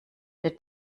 der